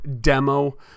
demo